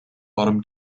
bottom